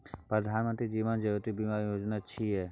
प्रधानमंत्री जीवन ज्योति बीमा योजना कि छिए?